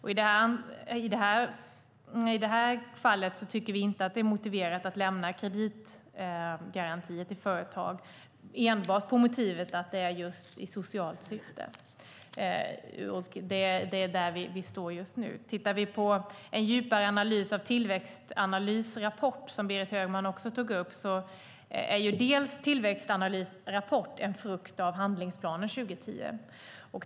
I detta fall tycker vi inte att det är motiverat att lämna kreditgarantier till företag enbart med motivet att det är fråga om ett socialt syfte. Det är där vi står just nu. Tittar vi på en djupare analys av Tillväxtanalys rapport, som Berit Högman också tog upp, är denna rapport en frukt av handlingsplanen 2010.